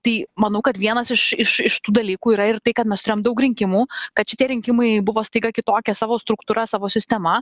tai manau kad vienas iš iš iš tų dalykų yra ir tai kad mes turėjom daug rinkimų kad šitie rinkimai buvo staiga kitokie savo struktūra savo sistema